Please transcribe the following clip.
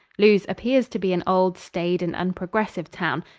lewes appears to be an old, staid and unprogressive town.